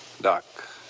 Doc